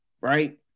Right